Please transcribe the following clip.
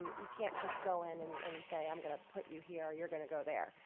you can't just go in and and say, i'm going to put you here or you're going to go there.